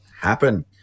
happen